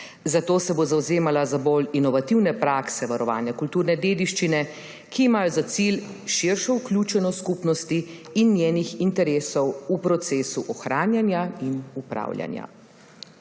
Zato se bo zavzemala za bolj inovativne prakse varovanja kulturne dediščine, ki imajo za cilj širšo vključenost skupnosti in njenih interesov v proces ohranjanja in upravljanja.